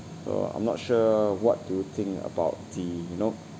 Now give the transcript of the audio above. so I'm not sure what do you think about the you know